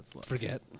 forget